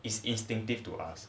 is instinctive to us